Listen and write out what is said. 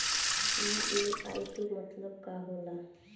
EMI के मतलब का होला?